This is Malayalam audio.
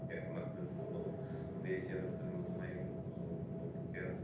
കേരളത്തിൽ നിന്നുള്ളതും ദേശീയ തലത്തിലുള്ളതുമായ മുഖ്യ